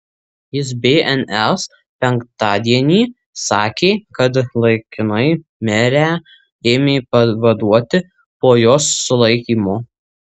jis bns penktadienį sakė kad laikinai merę ėmė pavaduoti po jos sulaikymo